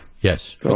yes